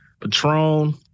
Patron